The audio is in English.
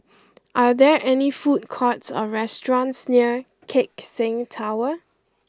are there food courts or restaurants near Keck Seng Tower